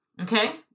Okay